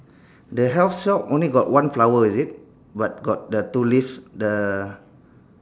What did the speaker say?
the health shop only got one flower is it but got the two lace the